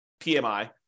PMI